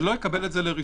לא יקבל את זה לרישום.